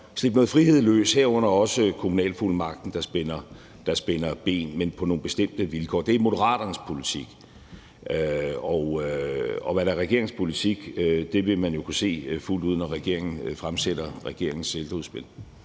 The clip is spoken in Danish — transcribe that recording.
slippe noget frihed løs, herunder også kommunalfuldmagten, der spænder ben, men på nogle bestemte vilkår. Det er Moderaternes politik, og hvad der er regeringens politik, vil man jo kunne se fuldt ud, når regeringen fremsætter sit ældreudspil.